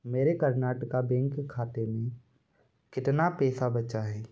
मेरे कर्नाटका बेंक खाते में कितना पैसा बचा है